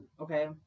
Okay